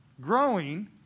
Growing